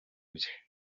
bye